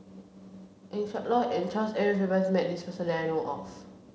Eng Siak Loy and Charles Edward Faber has met this person that I know of